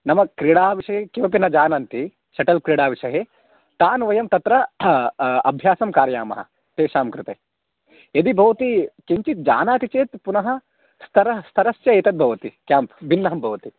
नाम क्रीडा विषये किमपि न जानान्ति शटल् क्रीडाविषये तान् वयं तत्र अभ्यासं कारयामः तेषां कृते यदि भवति किञ्चिज्जानाति चेत् पुनः स्तरः स्तरस्य एतद् भवति क्याम्प् भिन्नं भवति